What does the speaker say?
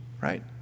Right